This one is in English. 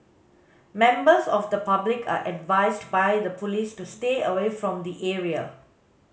members of the public are advised by the police to stay away from the area